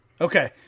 Okay